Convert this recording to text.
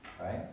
right